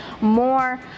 more